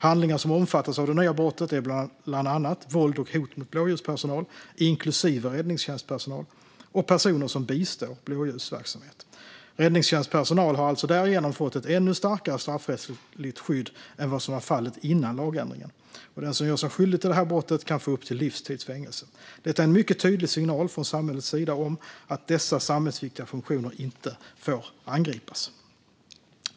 Handlingar som omfattas av det nya brottet är bland annat våld och hot mot blåljuspersonal, inklusive räddningstjänstpersonal, och mot personer som bistår blåljusverksamhet. Räddningstjänstpersonal har alltså därigenom fått ett ännu starkare straffrättsligt skydd än vad som var fallet före lagändringen. Den som gör sig skyldig till det här brottet kan få upp till livstids fängelse. Detta är en mycket tydlig signal från samhällets sida om att dessa samhällsviktiga funktioner inte får angripas.